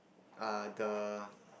uh the